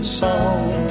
song